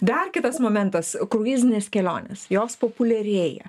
dar kitas momentas kruizinės kelionės jos populiarėja